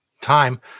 time